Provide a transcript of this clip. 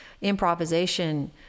improvisation